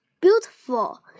beautiful